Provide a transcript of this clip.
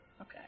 Okay